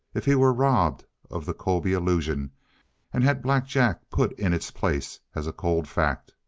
if he were robbed of the colby illusion and had black jack put in its place as a cold fact?